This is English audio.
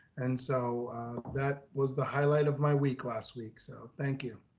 and so that was the highlight of my week last week. so thank you.